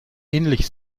ähnlich